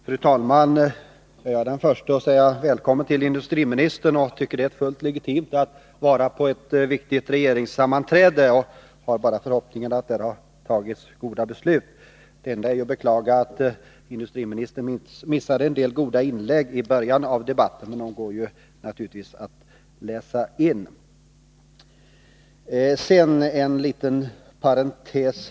Fru talman! Jag är den första att säga välkommen till industriministern. Jag tycker att det är fullt legitimt att vara på ett viktigt regeringssammanträde. Jag har bara förhoppningen att där fattades goda beslut. Jag beklagar att industriministern missade en del goda inlägg i början av debatten, men dessa går naturligtvis att läsa. Sedan en liten parentes.